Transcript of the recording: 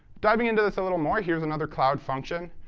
diving into this a little more, here's another cloud function,